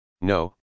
No